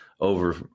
over